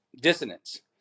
dissonance